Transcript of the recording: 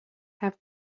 have